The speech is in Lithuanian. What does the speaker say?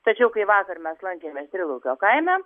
tačiau kai vakar mes lankėmės trilaukio kaime